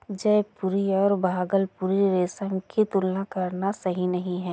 जयपुरी और भागलपुरी रेशम की तुलना करना सही नही है